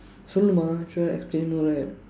சொல்லனுமா:sollanumaa should I explain no right